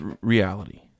reality